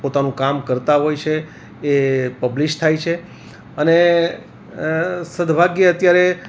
પોતાનું કામ કરતા હોય છે એ પબ્લિશ થાય છે અને સદ્ભાગ્યે અત્યારે